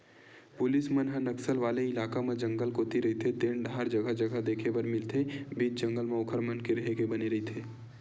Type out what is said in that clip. police मन ह नक्सल वाले इलाका म जंगल कोती रहिते तेन डाहर जगा जगा देखे बर मिलथे बीच जंगल म ओखर मन के रेहे के बने रहिथे